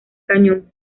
cañón